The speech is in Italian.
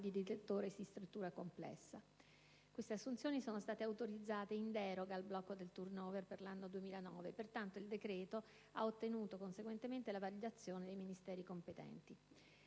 di direttore di struttura complessa. Dette assunzioni sono state autorizzate in deroga al blocco del *turnover* per l'anno 2009. Pertanto, il decreto di cui sopra ha ottenuto, conseguentemente, la validazione dai Ministeri competenti.